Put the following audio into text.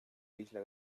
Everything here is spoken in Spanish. isla